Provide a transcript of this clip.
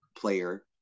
player